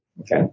Okay